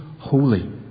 Holy